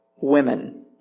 women